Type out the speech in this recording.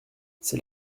c’est